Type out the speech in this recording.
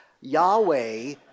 Yahweh